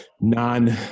non